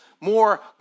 more